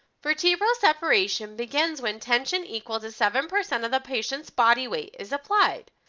vertebral separation begins when tension equals to seven percent of the patient's body weight is applied.